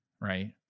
right